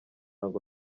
ngo